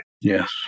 Yes